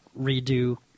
redo